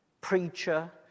preacher